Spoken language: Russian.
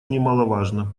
немаловажно